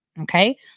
okay